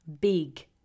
Big